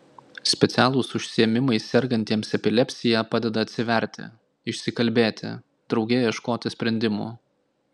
specialūs užsiėmimai sergantiems epilepsija padeda atsiverti išsikalbėti drauge ieškoti sprendimų